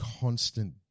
constant